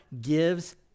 gives